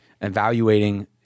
evaluating